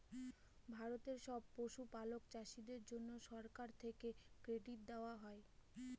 ভারতের সব পশুপালক চাষীদের জন্যে সরকার থেকে ক্রেডিট দেওয়া হয়